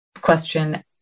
question